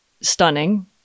stunning